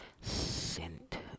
sent